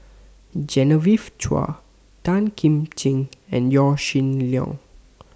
Genevieve Chua Tan Kim Ching and Yaw Shin Leong